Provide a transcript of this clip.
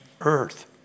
earth